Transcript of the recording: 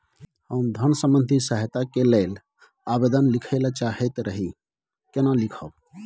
हम धन संबंधी सहायता के लैल आवेदन लिखय ल चाहैत रही केना लिखब?